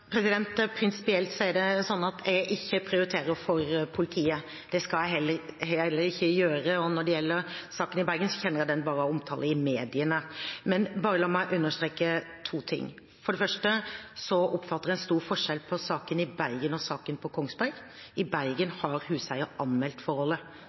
Prinsipielt sett er det slik at jeg ikke prioriterer for politiet – det skal jeg heller ikke gjøre – og når det gjelder saken i Bergen, kjenner jeg den bare fra omtale i media. Men la meg understreke to ting: For det første oppfatter jeg at det er stor forskjell på saken i Bergen og saken på Kongsberg. I Bergen har huseieren anmeldt forholdet.